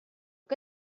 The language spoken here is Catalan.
que